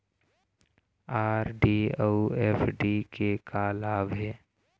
RD अऊ FD के का लाभ हे?